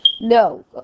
no